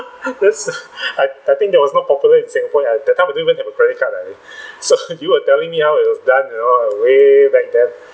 that's the I I think that was not popular in singapore and that time we don't even have a credit card right so you were telling me how it was done you know way back then